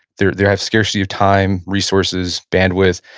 they they have scarcity of time, resources, bandwidth.